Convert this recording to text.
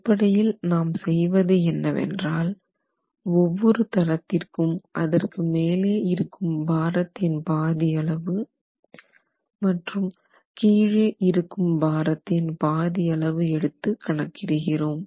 அடிப்படையில் நாம் செய்வது என்னவென்றால் ஒவ்வொரு தளத்திற்கும் அதற்கு மேலே இருக்கும் பாரத்தின் பாதி அளவு மற்றும் கீழே இருக்கும் பாரத்தின் பாதி அளவு எடுத்து கணக்கிடுகிறோம்